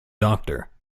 doctor